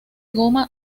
goma